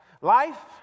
life